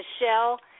Michelle